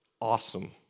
awesome